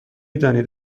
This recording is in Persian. دانید